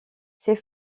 ses